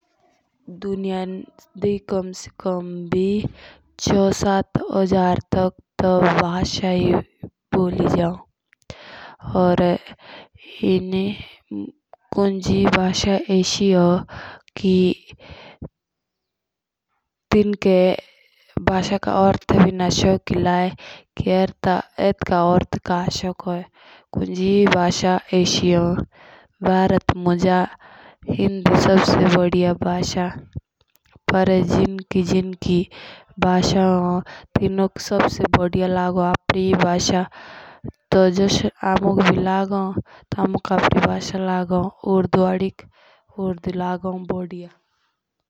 दुन्यांदी किमी से किमी भी चो साथ होजर से जादा भासा माननीय। या कुंगी भाषा ऐसी होन जेनुका अर्थ भी पता ना होन कि एतका अर्थ का सोकदा माननीय। या भारत मुंज सबसे बढ़िया हिंदी माननीय। पीआर जो जंजी भासा बोलो सो तेसी बढ़िया लागों।